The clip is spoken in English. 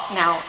now